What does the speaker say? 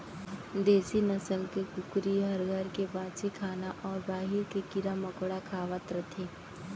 देसी नसल के कुकरी हर घर के बांचे खाना अउ बाहिर के कीरा मकोड़ा खावत रथे